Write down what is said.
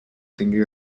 tingui